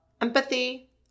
empathy